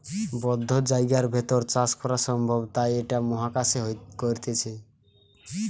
বদ্ধ জায়গার ভেতর চাষ করা সম্ভব তাই ইটা মহাকাশে করতিছে